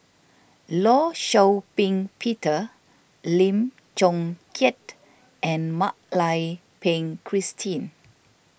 Law Shau Ping Peter Lim Chong Keat and Mak Lai Peng Christine